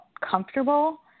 comfortable